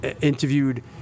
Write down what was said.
interviewed